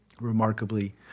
remarkably